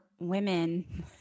women